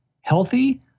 healthy